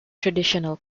traditional